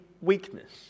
weakness